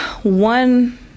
One